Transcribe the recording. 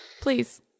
Please